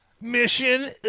mission